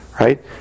Right